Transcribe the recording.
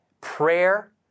Prayer